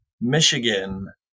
Michigan